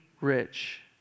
rich